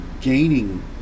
gaining